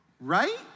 right